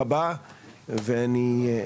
וחצי שנים האחרונות, שבאמת כל הנושא אני חושב של